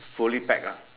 fully packed ah